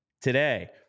today